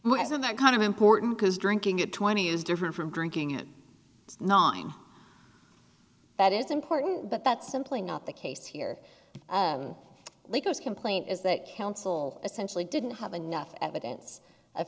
isn't that kind of important because drinking at twenty is different from drinking it knowing that is important but that's simply not the case here lagos complaint is that council essentially didn't have enough evidence of